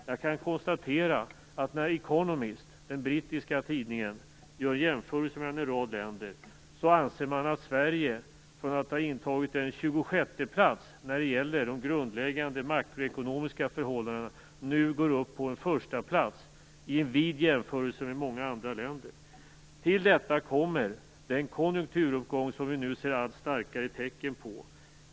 Jag kan konstatera att den brittiska tidningen The Economist anser att Sverige, från att ha intagit en tjugosjätte plats när det gäller de grundläggande makroekonomiska förhållandena, nu går upp på en första plats i en vid jämförelse med många andra länder. Till detta kommer den konjunkturuppgång som vi nu ser allt starkare tecken på.